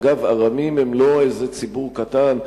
אגב, ארמים הם לא איזה ציבור קטן.